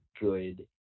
good